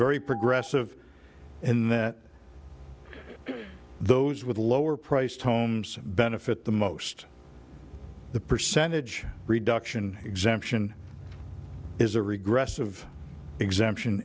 very progressive in that those with lower priced homes benefit the most the percentage reduction exemption is a regressive exemption